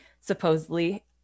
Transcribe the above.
supposedly